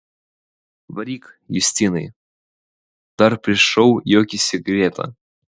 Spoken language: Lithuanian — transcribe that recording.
varyk justinai dar prieš šou juokėsi greta